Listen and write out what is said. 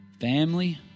Family